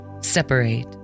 separate